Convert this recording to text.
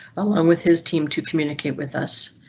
um with his team to communicate with us.